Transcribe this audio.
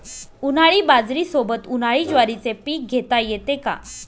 उन्हाळी बाजरीसोबत, उन्हाळी ज्वारीचे पीक घेता येते का?